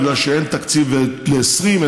בגלל שאין תקציב ל-2020,